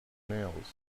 nails